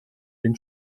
den